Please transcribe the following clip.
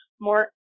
more